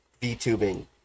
VTubing